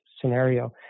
scenario